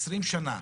20 שנים,